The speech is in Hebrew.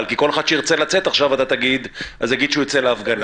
כי כל אחד שירצה לצאת יגיד שהוא יוצא להפגנה,